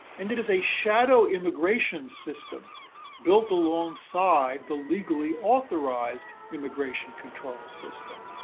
and it is a shadow immigration system built alongside the legally authorized immigration control system.